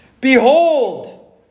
Behold